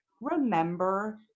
remember